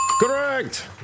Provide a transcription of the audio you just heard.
Correct